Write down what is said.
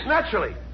Naturally